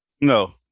No